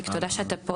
שלום, תודה שאתה פה.